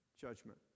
judgment